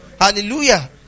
Hallelujah